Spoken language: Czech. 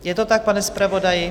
Je to tak, pane zpravodaji?